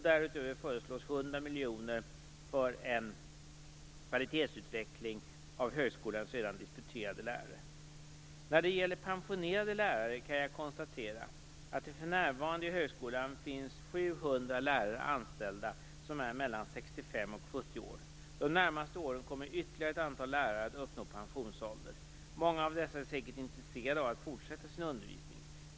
Därutöver föreslås 100 miljoner kronor för en kvalitetsutveckling av högskolans redan disputerade lärare. När det gäller pensionerade lärare kan jag konstatera att det för närvarande i högskolan finns 700 lärare anställda som är 65-70 år. De närmaste åren kommer ytterligare ett antal lärare att uppnå pensionsålder. Många av dessa är säkert intresserade av att fortsätta sin undervisning.